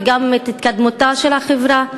וגם את התקדמותה של החברה,